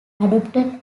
adopted